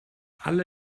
alle